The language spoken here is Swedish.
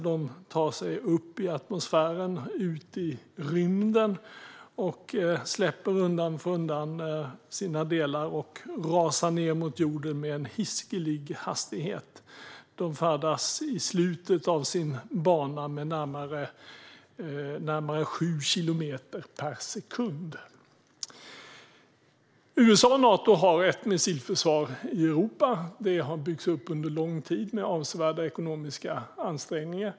De tar sig upp i atmosfären, ut i rymden och släpper undan för undan sina delar och rasar ned mot jorden med en hiskelig hastighet. De färdas i slutet av sin bana med närmare sju kilometer per sekund. USA och Nato har ett missilförsvar i Europa. Det har byggts upp under lång tid med avsevärda ekonomiska ansträngningar.